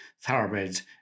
thoroughbreds